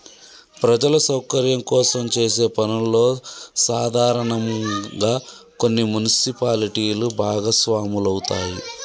ప్రజల సౌకర్యం కోసం చేసే పనుల్లో సాధారనంగా కొన్ని మున్సిపాలిటీలు భాగస్వాములవుతాయి